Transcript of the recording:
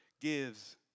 gives